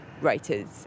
writers